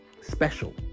special